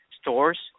stores